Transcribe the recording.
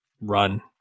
run